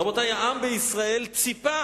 רבותי, העם בישראל ציפה